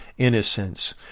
innocence